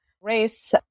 race